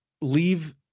Leave